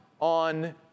on